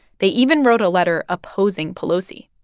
they even wrote a letter opposing pelosi.